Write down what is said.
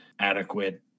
adequate